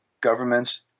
governments